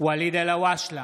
ואליד אלהואשלה,